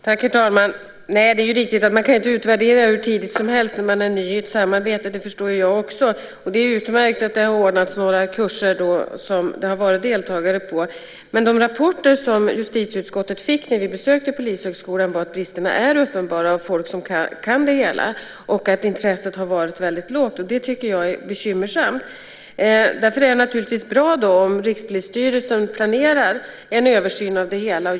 Herr talman! Nej, det är riktigt att man inte kan utvärdera hur tidigt som helst när man är ny i ett samarbete. Det förstår jag också. Det är utmärkt att det har ordnats kurser som det har varit deltagare på. Men de rapporter av folk som kan det hela som justitieutskottet fick när vi besökte Polishögskolan var att bristerna är uppenbara och att intresset har varit väldigt lågt. Det tycker jag är bekymmersamt. Därför är det naturligtvis bra om Rikspolisstyrelsen planerar en översyn av det hela.